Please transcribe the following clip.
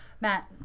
matt